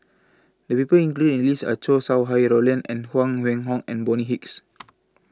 The People included in The list Are Chow Sau Hai Roland and Huang Wenhong and Bonny Hicks